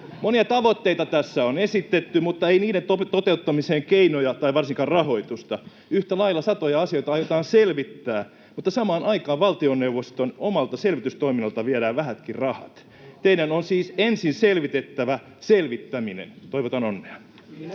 Monia tavoitteita tässä on esitetty mutta ei niiden toteuttamiseen keinoja tai varsinkaan rahoitusta. Yhtä lailla satoja asioita aiotaan selvittää, mutta samaan aikaan valtioneuvoston omalta selvitystoiminnalta viedään vähätkin rahat. Teidän on siis ensin selvitettävä selvittäminen. — Toivotan onnea.